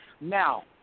Now